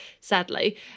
sadly